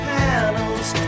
panels